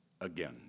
again